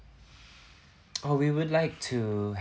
oh we would like to